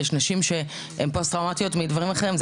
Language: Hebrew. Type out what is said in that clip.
ויש נשים שהן פוסט טראומטיות מדברים אחרים.